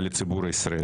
לציבור הישראלי.